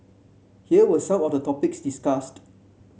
here were some of the topics discussed